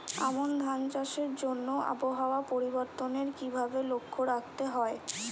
আমন ধান চাষের জন্য আবহাওয়া পরিবর্তনের কিভাবে লক্ষ্য রাখতে হয়?